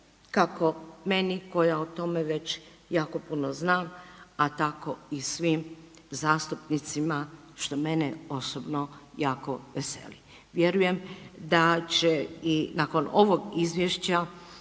kako meni koja o tome već jako puno zna, a tako i svim zastupnicima, što mene osobno jako veseli. Vjerujem da će i nakon ovog izvješća